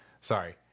Sorry